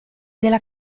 della